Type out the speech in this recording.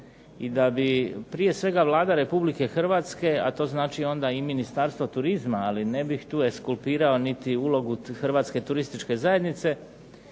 i da bi prije svega Vlada Republike Hrvatske, a to znači onda i Ministarstvo turizma, ali ne bih tu eskulpirao niti ulogu Hrvatske turističke zajednice